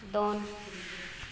ᱫᱚᱱ